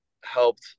helped